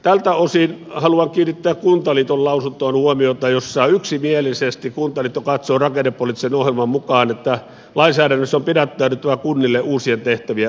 tältä osin haluan kiinnittää huomiota kuntaliiton lausuntoon jossa yksimielisesti kuntaliitto katsoo rakennepoliittisen ohjelman mukaan että lainsäädännössä on pidättäydyttävä uusien tehtävien asettamisesta kunnille